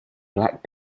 black